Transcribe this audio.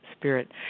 spirit